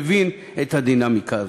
מבין את הדינמיקה הזו.